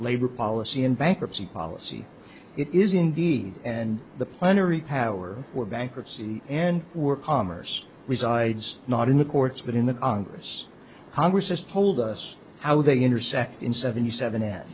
labor policy and bankruptcy policy it is indeed and the plenary power for bankruptcy and were commerce resides not in the courts but in the congress however sister told us how they intersect in seventy seven at